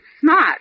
Smart